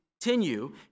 continue